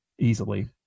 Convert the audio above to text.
easily